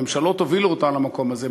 ממשלות הובילו אותה למקום הזה,